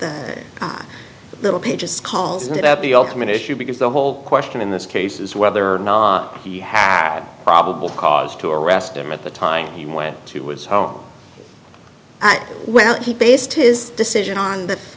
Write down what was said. the little pages called it up the ultimate issue because the whole question in this case is whether or not he had probable cause to arrest him at the time he went to his home and when he based his decision on th